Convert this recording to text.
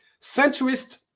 centrist